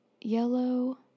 yellow